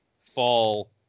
fall